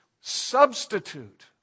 substitute